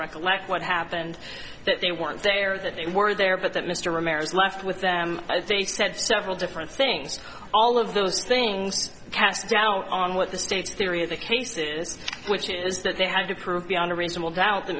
recollect what happened that they weren't there that they were there but that mr romero is left with them they said several different things all of those things cast doubt on what the state's theory of the case this which is that they have to prove beyond a reasonable doubt that